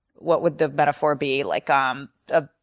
what would the metaphor be? like um the